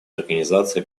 организации